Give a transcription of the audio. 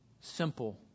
simple